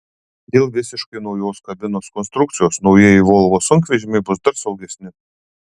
dėl visiškai naujos kabinos konstrukcijos naujieji volvo sunkvežimiai bus dar saugesni